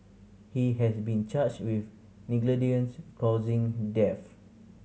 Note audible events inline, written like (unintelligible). he has been charged with (unintelligible) death